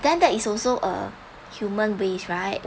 then there is also uh human waste right